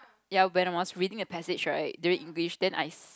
ya when I was reading a passage right during English then I